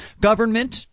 government